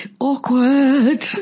awkward